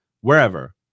wherever